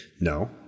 No